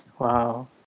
Wow